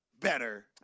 better